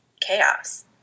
chaos